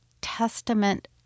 testament